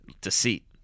deceit